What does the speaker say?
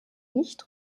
nicht